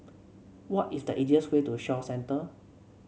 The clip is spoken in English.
what is the easiest way to Shaw Centre